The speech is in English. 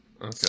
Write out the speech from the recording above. Okay